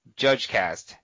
JudgeCast